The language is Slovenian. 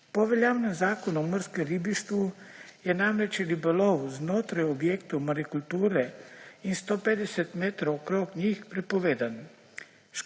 Po veljavnem zakonu o morskem ribištvu je namreč ribolov znotraj objektov marikulture in 150 metrov okrog njih prepovedan.